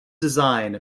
design